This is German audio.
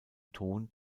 ton